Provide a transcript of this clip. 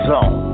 Zone